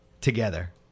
together